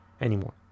anymore